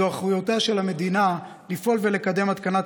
זו אחריותה של המדינה לפעול לקדם התקנת